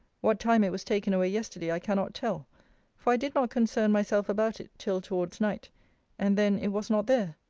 what time it was taken away yesterday i cannot tell for i did not concern myself about it, till towards night and then it was not there.